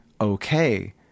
okay